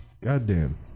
goddamn